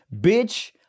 bitch